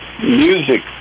music